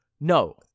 No